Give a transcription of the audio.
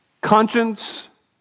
conscience